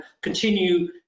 continue